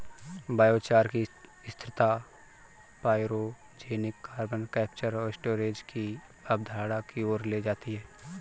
biochar की स्थिरता pyrogenic carbon capture और स्टोरेज की अवधारणा की ओर ले जाती है